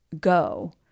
go